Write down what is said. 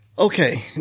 Okay